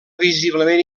visiblement